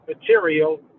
material